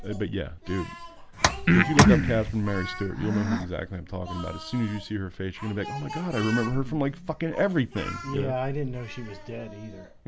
ah but yeah, dude if you look up catherine mary stewart, you'll know who exactly i'm talking about as soon as you see her face you're gonna be oh my god. i remember her from like fucking everything yeah, i didn't know she was dead either